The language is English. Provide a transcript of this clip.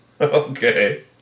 Okay